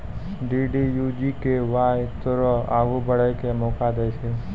DDU GKY तोरा आगू बढ़ै के मौका दै छै